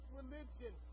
religion